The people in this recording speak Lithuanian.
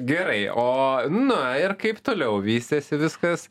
gerai o na ir kaip toliau vystėsi viskas